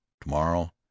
Tomorrow